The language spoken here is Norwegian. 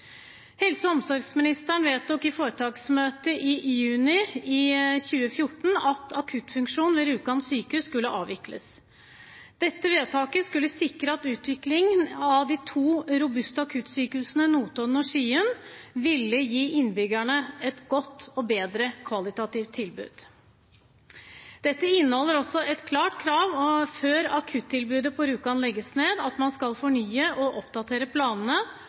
Helse- og omsorgsministeren vedtok i foretaksmøtet i juni 2014 at akuttfunksjonen ved Rjukan sykehus skulle avvikles. Dette vedtaket skulle sikre at utviklingen av de to robuste akuttsykehusene på Notodden og i Skien ville gi innbyggerne et godt og bedre kvalitativt tilbud. Dette inneholder også et klart krav om at før akuttilbudet på Rjukan sykehus legges ned, skal man fornye og oppdatere planene